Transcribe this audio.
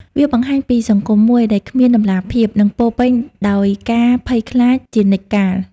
វាបង្ហាញពីសង្គមមួយដែលគ្មានតម្លាភាព និងពោរពេញដោយការភ័យខ្លាចជានិច្ចកាល។